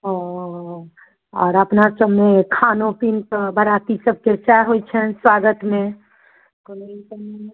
ओ आओर अपना सबमे खानो पीन तऽ बराती सबके सहए होइत छनि स्वागतमे